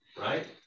right